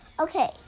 Okay